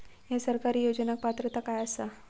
हया सरकारी योजनाक पात्रता काय आसा?